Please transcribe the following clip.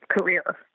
career